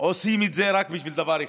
עושים את זה רק בגלל דבר אחד,